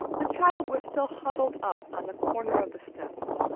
the child was still huddled up on the corner of the steps.